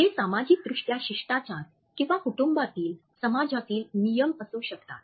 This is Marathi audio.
हे सामाजिक सांस्कृतिक शिष्टाचार किंवा कुटुंबातील समाजातील नियम असू शकतात